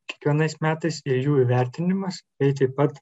kiekvienais metais ir jų įvertinimas i taip pat